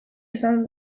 izan